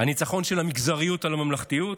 הניצחון של המגזריות על הממלכתיות?